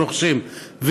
ורוכשים אותן,